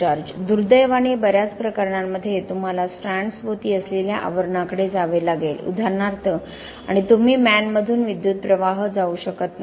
George दुर्दैवाने बर्याच प्रकरणांमध्ये तुम्हाला स्ट्रँड्सभोवती असलेल्या आवरणाकडे जावे लागेल उदाहरणार्थ आणि तुम्ही म्यानमधून विद्युत प्रवाह जाऊ शकत नाही